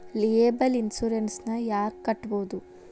Liable insurance ನ ಯಾರ್ ಕಟ್ಬೊದು?